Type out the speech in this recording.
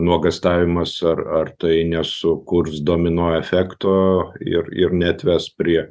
nuogąstavimas ar ar tai nesukurs domino efekto ir ir neatves prie